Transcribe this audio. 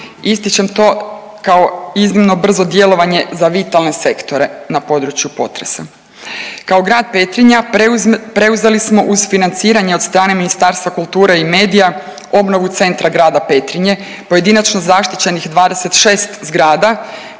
ističem to kao iznimno brzo djelovanje za vitalne sektore na području potresa. Kao grad Petrinja preuzeli smo uz financiranje od strane Ministarstva kulture i medija obnovu centra grada Petrinje, pojedinačno zaštićenih 26 zgrada,